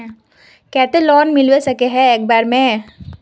केते लोन मिलबे सके है एक बार में?